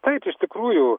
taigi iš tikrųjų